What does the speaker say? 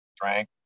drank